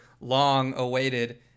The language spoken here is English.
long-awaited